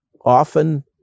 often